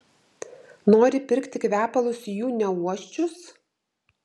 nori pirkti kvepalus jų neuosčius